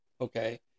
okay